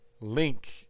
link